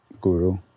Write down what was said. guru